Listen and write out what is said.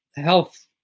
health